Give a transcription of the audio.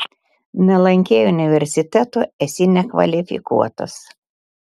nelankei universiteto esi nekvalifikuotas